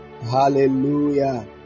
Hallelujah